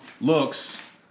looks